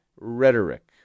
rhetoric